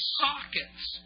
sockets